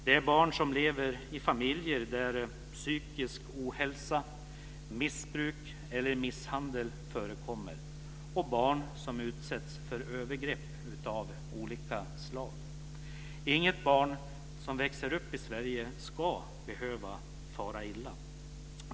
Det är barn som lever i familjer där psykisk ohälsa, missbruk eller misshandel förekommer och barn som utsätts för övergrepp av olika slag. Inget barn som växer upp i Sverige ska behöva fara illa.